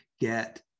Get